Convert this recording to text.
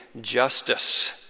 justice